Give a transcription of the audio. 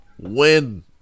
Win